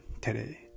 today